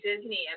Disney